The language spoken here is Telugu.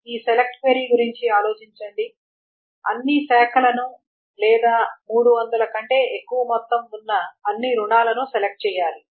ఈ సెలెక్ట్ క్వెరీ గురించి ఆలోచించండి అన్ని శాఖలను లేదా 300 కంటే ఎక్కువ మొత్తం ఉన్న అన్ని రుణాలను సెలెక్ట్ చెయ్యాలి